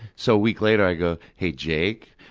so a week later, i go, hey, jake,